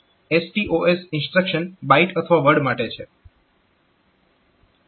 આ STOS instruction byte અથવા word માટે છે